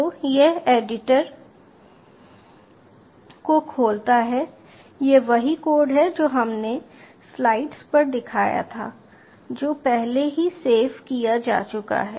तो यह एडिटर को खोलता है यह वही कोड है जो हमने स्लाइड्स पर दिखाया था जो पहले ही सेव किया जा चुका है